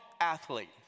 athlete